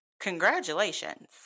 congratulations